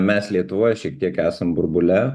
mes lietuvoj šiek tiek esam burbule